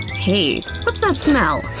hey, what's that smell?